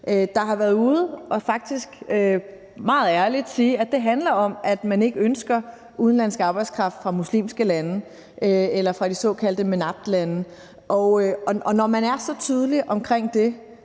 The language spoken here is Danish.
der har været ude og faktisk meget ærligt sige, at det handler om, at man ikke ønsker udenlandsk arbejdskraft fra muslimske lande eller fra de såkaldte MENAPT-lande. Og når man er så tydelig omkring det,